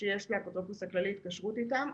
שיש לאפוטרופוס הכללי התקשרות איתם.